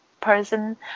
person